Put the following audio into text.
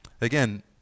again